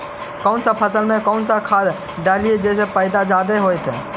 कौन फसल मे कौन सा खाध डलियय जे की पैदा जादे होतय?